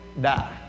die